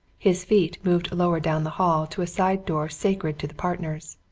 his feet moved lower down the hall to a side-door sacred to the partners.